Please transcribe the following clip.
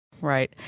Right